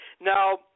Now –